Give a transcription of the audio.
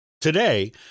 Today